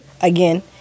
again